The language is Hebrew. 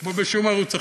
כמו בשום ערוץ אחר.